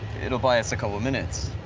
it'll buy us a couple minutes.